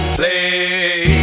play